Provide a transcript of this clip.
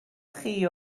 chi